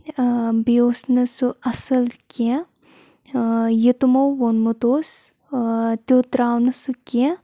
بیٚیہِ اوس نہٕ سُہ اَصٕل کیٚنٛہہ یہِ تِمو ووٚنمُت اوس تیُتھ درٛاو نہٕ سُہ کیٚنٛہہ